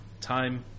time